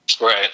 Right